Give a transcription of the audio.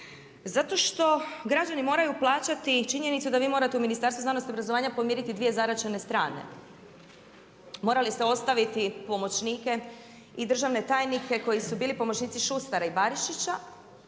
Zato što građani moraju plaćati činjenicu da vi morate u Ministarstvu znanosti i obrazovanja podmiriti dvije zaraćene strane. Morali ste ostaviti pomoćnike i državne tajnike koji su bili pomoćnici Šustera i Barišića,